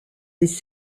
des